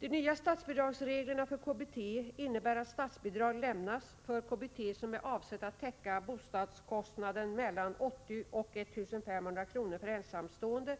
De hya statsbidragsreglerna för KBT innebär att statsbidrag lämnas för KBT som är avsett att täcka bostadskostnaden mellan 80 kr. och 1 500 kr. för ensamstående